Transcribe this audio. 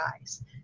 eyes